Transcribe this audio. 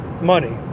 money